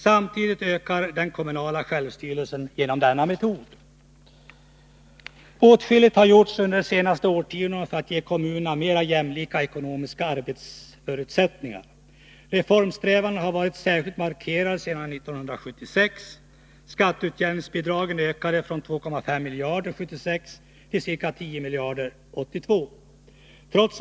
Samtidigt ökar den kommunala självstyrelsen genom denna metod. Åtskilligt har gjorts under de senaste årtiondena för att ge kommunerna ekonomiska arbetsförutsättningar. Reformsträvandena har varit särskilt markerade sedan 1976. Skatteutjämningsbidragen ökade från 2,5 miljarder kronor 1976 till ca 10 miljarder kronor 1982.